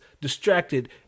distracted